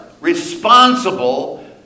responsible